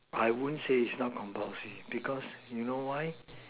I won't say it's not compulsory because you know why